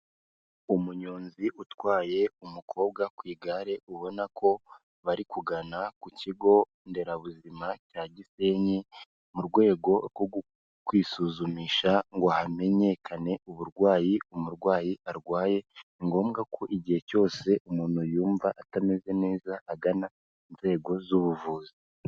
Umunyonzi utwaye umukobwa ku igare, ubona ko bari kugana ku kigo nderabuzima cya Gisenyi, mu rwego rwo kwisuzumisha ngo hamenyekane uburwayi umurwayi arwaye, ni ngombwa ko igihe cyose umuntu yumva atameze neza agana inzego z'ubuvuzi.